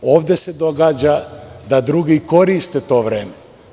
Ovde se događa da drugi koriste to vreme.